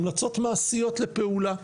המלצות מעשיות לפעולה,